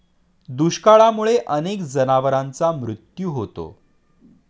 दुष्काळामुळे अनेक जनावरांचा मृत्यू होतो